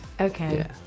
Okay